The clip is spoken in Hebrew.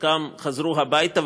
חלקם חזרו הביתה,